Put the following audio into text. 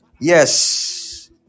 Yes